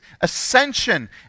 ascension